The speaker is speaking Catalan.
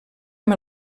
amb